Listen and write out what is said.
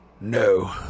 No